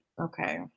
okay